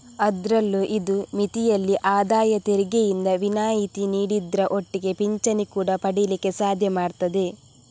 ಅದ್ರಲ್ಲೂ ಇದು ಮಿತಿಯಲ್ಲಿ ಆದಾಯ ತೆರಿಗೆಯಿಂದ ವಿನಾಯಿತಿ ನೀಡುದ್ರ ಒಟ್ಟಿಗೆ ಪಿಂಚಣಿ ಕೂಡಾ ಪಡೀಲಿಕ್ಕೆ ಸಾಧ್ಯ ಮಾಡ್ತದೆ